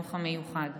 בחינוך המיוחד.